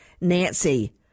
nancy